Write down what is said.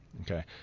Okay